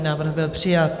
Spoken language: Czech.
Návrh byl přijat.